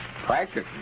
Practice